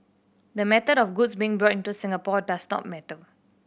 the method of goods being brought into Singapore does not matter